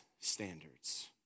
standards